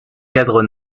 cadres